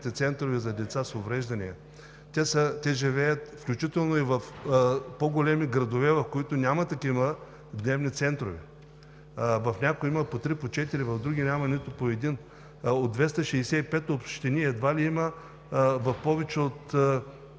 В някои има по три, по четири, а в други няма по един. От 265 общини едва ли в повече от